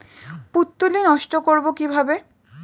পুত্তলি নষ্ট করব কিভাবে?